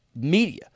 media